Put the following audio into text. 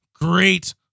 great